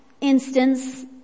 instance